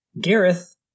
Gareth